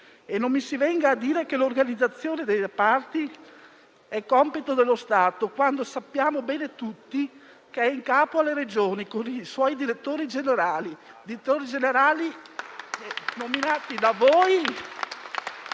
non mi si venga a dire che l'organizzazione dei reparti è compito dello Stato, quando sappiamo bene tutti che è in capo alle Regioni, con i suoi direttori generali, nominati da voi